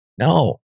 No